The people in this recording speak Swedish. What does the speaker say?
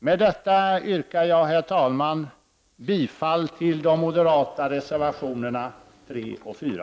Med detta yrkar jag, herr talman, bifall till de moderata reservationerna 3 och 4.